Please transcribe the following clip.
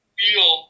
feel